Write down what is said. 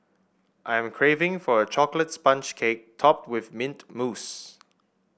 I am craving for a chocolate sponge cake topped with mint mousse